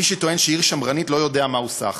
מי שטוען שהיא עיר שמרנית, לא יודע מה הוא סח.